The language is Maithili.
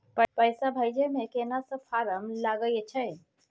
पैसा भेजै मे केना सब फारम लागय अएछ?